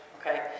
okay